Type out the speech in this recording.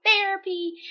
therapy